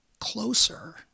closer